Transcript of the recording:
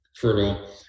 fertile